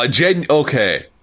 Okay